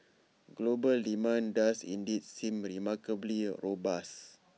global demand does indeed seem remarkably robust